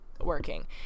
working